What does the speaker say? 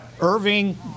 Irving